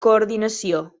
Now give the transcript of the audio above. coordinació